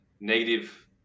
negative